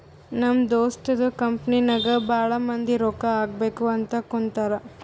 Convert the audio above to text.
ನಮ್ ದೋಸ್ತದು ಕಂಪನಿಗ್ ಭಾಳ ಮಂದಿ ರೊಕ್ಕಾ ಹಾಕಬೇಕ್ ಅಂತ್ ಕುಂತಾರ್